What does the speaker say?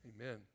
Amen